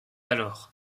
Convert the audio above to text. alors